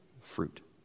fruit